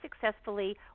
successfully